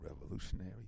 revolutionary